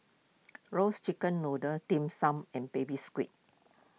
Roasted Chicken Noodle Dim Sum and Baby Squid